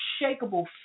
unshakable